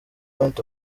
point